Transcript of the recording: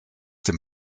dem